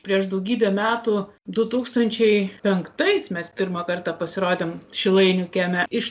prieš daugybę metų du tūkstančiai penktais mes pirmą kartą pasirodėm šilainių kieme iš